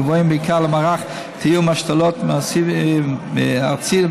הגבוהים בעיקר למערך תיאום השתלות מסיבי ארצי,